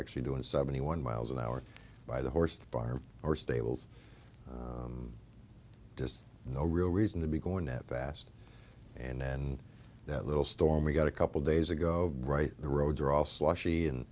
actually doing seventy one miles an hour by the horse farm or stables just no real reason to be going that fast and that little storm we got a couple days ago right the roads are all slu